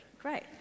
great